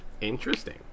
interesting